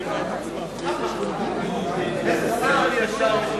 אתה אומר, וואו.